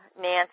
Nancy